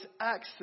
access